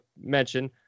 mention